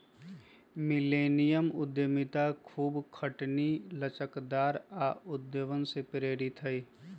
millennium उद्यमिता खूब खटनी, लचकदार आऽ उद्भावन से प्रेरित हइ